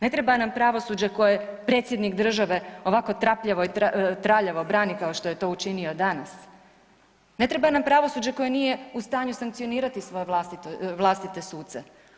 Ne treba nam pravosuđe koje predsjednik države ovako traljavo brani kao što je to učinio danas, ne treba nam pravosuđe koje nije u stanju sankcionirati svoje vlastite suce.